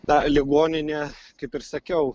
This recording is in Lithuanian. na ligoninė kaip ir sakiau